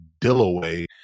dillaway